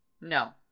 no